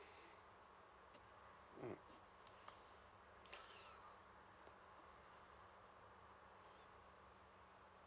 mm